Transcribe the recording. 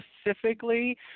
specifically